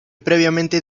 previamente